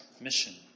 mission